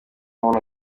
umuntu